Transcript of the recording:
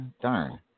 Darn